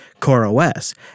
CoreOS